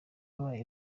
abaye